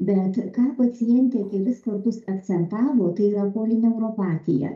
bet ką pacientė kelis kartus akcentavo tai yra polineuropatija